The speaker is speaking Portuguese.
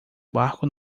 barco